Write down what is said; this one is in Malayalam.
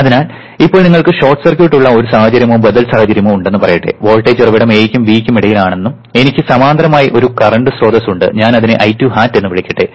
അതിനാൽ ഇപ്പോൾ നിങ്ങൾക്ക് ഷോർട്ട് സർക്യൂട്ട് ഉള്ള ഒരു സാഹചര്യമോ ബദൽ സാഹചര്യമോ ഉണ്ടെന്ന് പറയട്ടെ വോൾട്ടേജ് ഉറവിടം a യ്ക്കും b യ്ക്കും ഇടയിൽ ആണ് എന്നും എനിക്ക് സമാന്തരമായി ഒരു കറണ്ട് സ്രോതസ്സ് ഉണ്ട് ഞാൻ അതിനെ I2 hat എന്ന് വിളിക്കട്ടെ